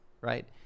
right